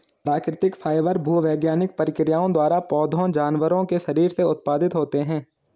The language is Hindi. प्राकृतिक फाइबर भूवैज्ञानिक प्रक्रियाओं द्वारा पौधों जानवरों के शरीर से उत्पादित होते हैं